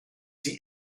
sie